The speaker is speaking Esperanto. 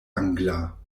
angla